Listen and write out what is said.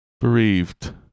Bereaved